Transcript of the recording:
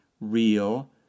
real